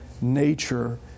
nature